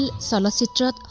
solicitor